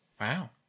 Wow